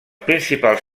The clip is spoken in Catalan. principals